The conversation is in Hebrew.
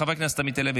חבר הכנסת עמית הלוי,